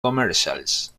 commercials